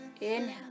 Inhale